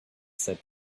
said